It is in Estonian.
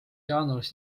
jaanuaris